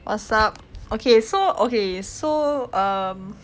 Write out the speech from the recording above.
what's up okay so okay so um